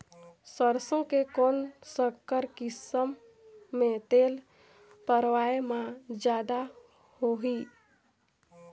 सरसो के कौन संकर किसम मे तेल पेरावाय म जादा होही?